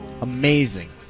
Amazing